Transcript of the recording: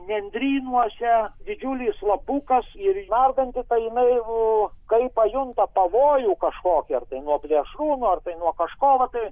nendrynuose didžiulis slapukas ir nardanti tai jinai kai pajunta pavojų kažkokį ar tai nuo plėšrūnų ar tai nuo kažko tai